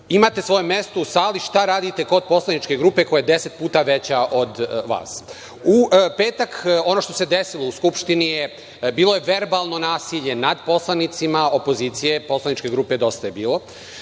Imate svoje mesto u sali, šta radite kod poslaničke grupe koja je 10 puta veća od vas?“.U petak, ono što se desilo u Skupštini je bilo verbalno nasilje nad poslanicima opozicije, poslaničke grupe DJB, gde smo